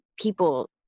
people